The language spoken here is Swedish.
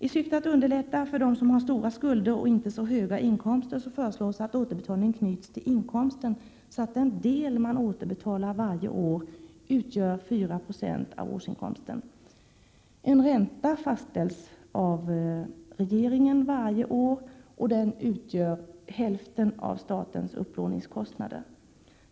I syfte att underlätta för den som har stora skulder och inte så höga inkomster föreslås att återbetalningen knyts till inkomsten så att den del man återbetalar varje år utgör 4 96 av årsinkomsten. En ränta fastställs av regeringen varje år, och den utgör hälften av statens upplåningskostnader.